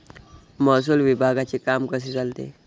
महसूल विभागाचे काम कसे चालते?